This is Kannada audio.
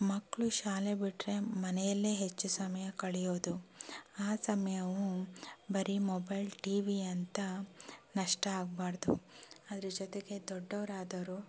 ಮಕ್ಕಳು ಶಾಲೆ ಬಿಟ್ಟರೆ ಮನೆಯಲ್ಲೇ ಹೆಚ್ಚು ಸಮಯ ಕಳೆಯೋದು ಆ ಸಮಯವು ಬರೀ ಮೊಬೈಲ್ ಟಿ ವಿ ಅಂತ ನಷ್ಟ ಆಗ್ಬಾರ್ದು ಅದ್ರ ಜೊತೆಗೆ ದೊಡ್ಡವರಾದವ್ರು